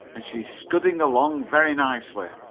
and she's scudding along very nicely.